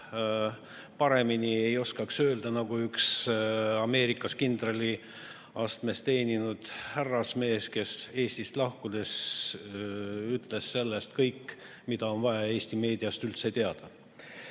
ja ei oskakski öelda paremini kui üks Ameerikas kindraliastmes teeninud härrasmees, kes Eestist lahkudes ütles selle kohta kõik, mida on vaja Eesti meediast üldse teada. Punkt